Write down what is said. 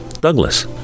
Douglas